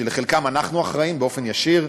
שלחלקם אנחנו אחראים באופן ישיר.